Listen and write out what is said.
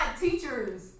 teachers